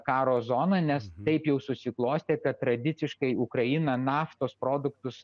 karo zoną nes taip jau susiklostė kad tradiciškai ukraina naftos produktus